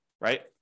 right